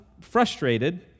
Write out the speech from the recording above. frustrated